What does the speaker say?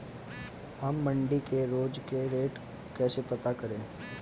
हम मंडी के रोज के रेट कैसे पता करें?